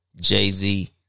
Jay-Z